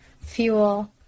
fuel